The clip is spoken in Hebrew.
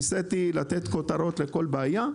ניסיתי לתת כותרות לכל בעיה,